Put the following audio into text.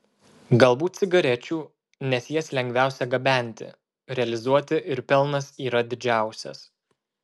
galbūt cigarečių nes jas lengviausia gabenti realizuoti ir pelnas yra didžiausias